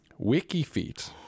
Wikifeet